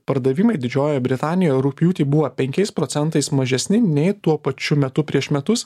pardavimai didžiojoj britanijoj rugpjūtį buvo penkiais procentais mažesni nei tuo pačiu metu prieš metus